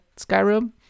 Skyrim